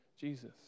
Jesus